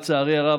לצערי הרב,